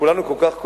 שכולנו כל כך כואבים,